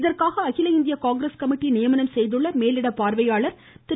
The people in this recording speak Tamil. இதற்காக அகில இந்திய காங்கிரஸ் கமிட்டி நியமனம் செய்துள்ள மேலிட பார்வையாளர் திரு